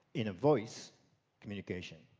in a voice communication,